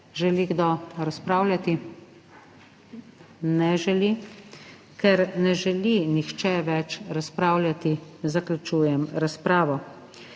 Želi kdo razpravljati? Ne želi. Ker ne želi nihče več razpravljati, zaključujem razpravo.